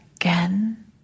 again